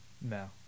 No